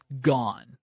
gone